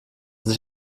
sich